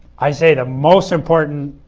i say the most important